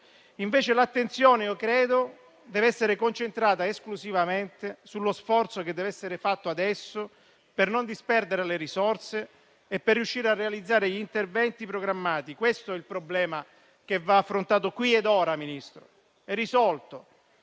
invece l'attenzione credo debba essere concentrata esclusivamente sullo sforzo che deve essere fatto adesso per non disperdere le risorse e per riuscire a realizzare gli interventi programmati. Questo è il problema che va affrontato qui ed ora e risolto,